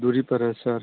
दूरी पर है सर